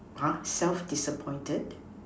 !huh! self disappointed